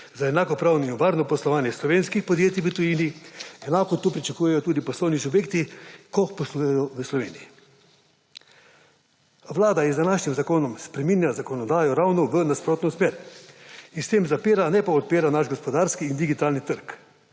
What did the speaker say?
za enakopravno in varno poslovanje slovenskih podjetij v tujini, enako to pričakujejo tudi poslovni subjekti, ko poslujejo v Sloveniji. A Vlada z današnjim zakonom spreminja zakonodajo ravno v nasprotno smer in s tem zapira, ne pa odpira naš gospodarski in digitalni trg,